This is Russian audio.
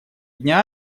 дня